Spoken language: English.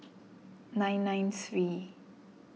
nine nine three